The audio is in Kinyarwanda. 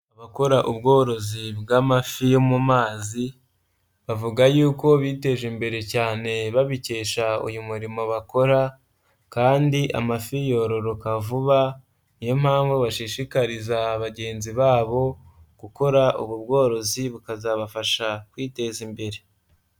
Abakora ubworozi bw'amafi yo mu mazi bavuga y'uko biteje imbere cyane babikesha uyu murimo bakora kandi amafi yororoka vuba niyo mpamvu bashishikariza bagenzi babo gukora ubu bworozi bukazabafasha kwiteza imbere.